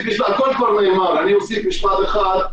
הכול כבר נאמר ואני אוסיף משפט אחד.